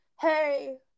Hey